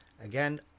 again